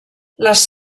les